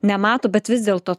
nemato bet vis dėlto